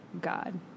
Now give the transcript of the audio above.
God